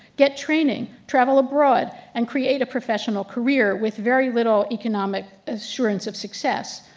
get training, travel abroad, and create a professional career with very little economic assurance of success.